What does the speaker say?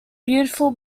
beautiful